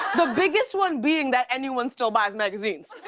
the biggest one being that anyone still buys magazines.